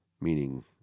meaning